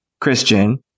Christian